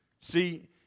See